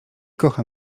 kocha